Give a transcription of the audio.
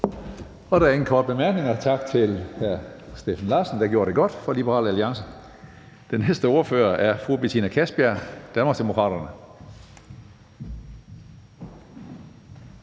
Der er ingen korte bemærkninger. Tak til hr. Steffen Larsen, Liberal Alliance. Næste ordfører er fru Betina Kastbjerg, Danmarksdemokraterne.